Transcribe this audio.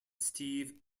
steve